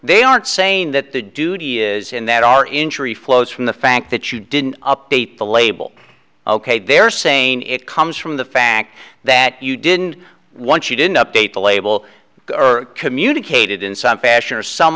they aren't saying that the duty is in that our injury flows from the fact that you didn't update the label ok they're saying it comes from the fact that you didn't want you didn't update the label or communicated in some fashion or some